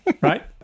Right